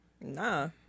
Nah